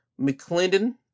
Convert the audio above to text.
McClendon